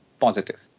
Positive